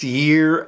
year